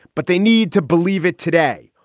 but they need to believe it today.